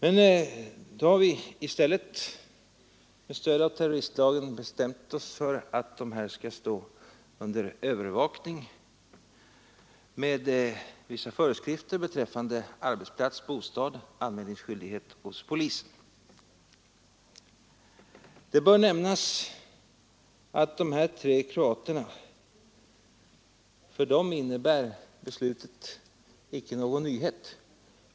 Vi har i stället med stöd av terroristlagen bestämt oss för att dessa personer skall stå under övervakning med vissa föreskrifter beträffande arbetsplats, bostad och anmälningsskyldighet hos polisen. Det bör nämnas att beslutet inte innebär någon nyhet för dessa tre kroater.